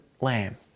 lamb